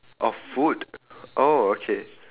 oh food oh okay